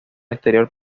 exterior